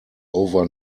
over